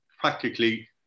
practically